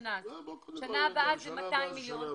בשנה הבאה 200 מיליון.